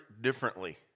differently